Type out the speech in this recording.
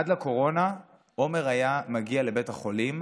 עד לקורונה עומר היה מגיע לבית החולים,